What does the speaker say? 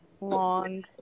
long